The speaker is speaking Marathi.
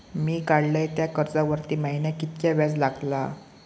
मी काडलय त्या कर्जावरती महिन्याक कीतक्या व्याज लागला?